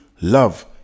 love